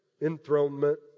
enthronement